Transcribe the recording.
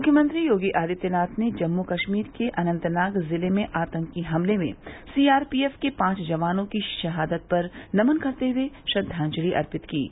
मुख्यमंत्री योगी आदित्यनाथ ने जम्मू कश्मीर के अनन्तनाग जिले में आतंकी हमले में सीआरपीएफ के पांच जवानों की शहादत पर नमन करते हए श्रद्वाजलि अर्पित की है